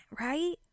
right